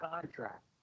contract